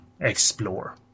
explore